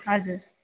हजुर